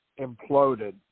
Imploded